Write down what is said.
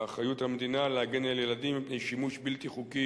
באחריות המדינה להגן על ילדים מפני שימוש בלתי חוקי